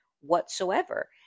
whatsoever